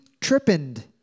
Trippend